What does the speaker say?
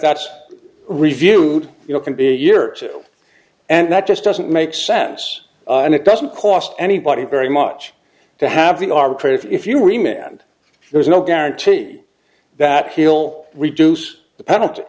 that's reviewed you know can be a year or so and that just doesn't make sense and it doesn't cost anybody very much to have the arbitrator if you remain and there's no guarantee that he'll reduce the penalty